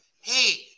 hey